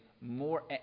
more